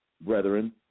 brethren